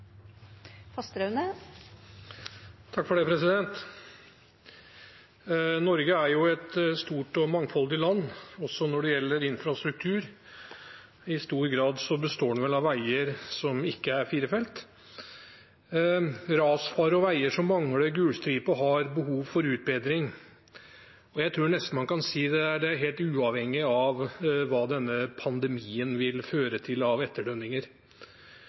mangfoldig land, også når det gjelder infrastruktur. I stor grad består den vel av veier som ikke er firefelts. Rasfarlige veier og veier som mangler gul stripe, har behov for utbedring. Jeg tror nesten man kan si det er uavhengig av hva denne pandemien vil føre til av etterdønninger.